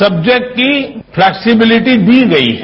subject की flexibility दी गई है